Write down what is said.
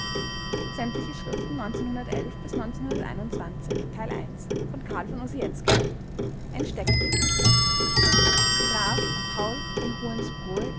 ein steckbrief graf paul